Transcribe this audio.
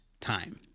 time